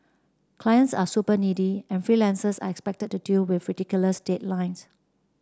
clients are super needy and freelancers are expected to deal with ridiculous deadlines